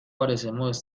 parecemos